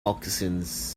moccasins